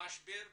משבר בזוגיות,